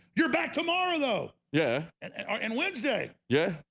you're back tomorrow, though yeah and and ah and wednesday. yeah,